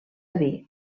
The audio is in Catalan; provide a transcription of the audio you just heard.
dir